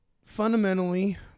fundamentally